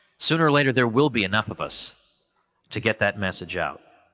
sooner or later there will be enough of us to get that message out.